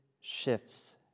shifts